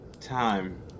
time